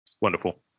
Wonderful